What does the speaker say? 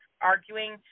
arguing